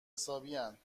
حسابین